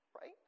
right